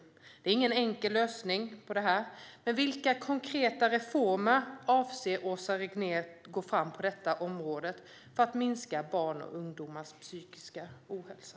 Det finns ingen enkel lösning på det här, men vilka konkreta reformer avser Åsa Regnér att gå fram med på detta område för att minska barns och ungdomars psykiska ohälsa?